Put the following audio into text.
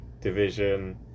division